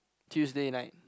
Tuesday night